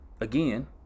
Again